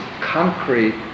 concrete